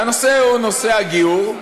והנושא הוא נושא הגיור.